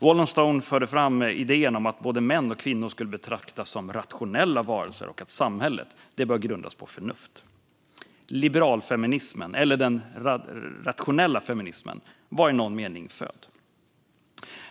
Wollstonecraft förde fram idéerna om att både män och kvinnor skulle betraktas som rationella varelser och att samhället bör grundas på förnuft. Liberalfeminismen, eller den rationella feminismen, var i någon mening född.